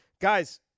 guys